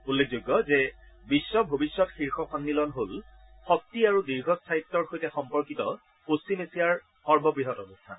উল্লেখযোগ্য যে বিশ্ব ভৱিষ্যত শীৰ্ষ সন্মিলন হল শক্তি আৰু দীৰ্ঘস্থায়িত্বৰ সৈতে সম্পৰ্কিত পশ্চিম এছিয়াৰ সৰ্ববৃহৎ অনুষ্ঠান